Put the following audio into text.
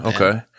Okay